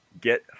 Get